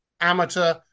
Amateur